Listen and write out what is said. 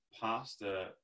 pasta